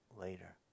later